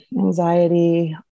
anxiety